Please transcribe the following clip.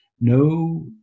No